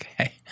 Okay